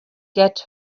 get